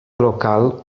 local